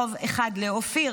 חוב אחד לאופיר,